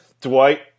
Dwight